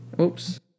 Oops